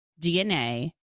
DNA